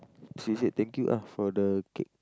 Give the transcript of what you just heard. she said thank you ah for the cake